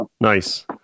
Nice